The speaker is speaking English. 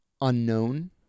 unknown